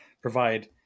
provide